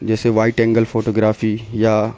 جیسے wide angle photography یا